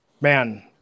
man